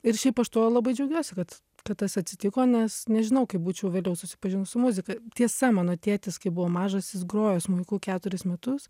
ir šiaip aš tuo labai džiaugiuosi kad tad tas atsitiko nes nežinau kaip būčiau vėliau susipažinus su muzika tiesa mano tėtis kai buvo mažas jis grojo smuiku keturis metus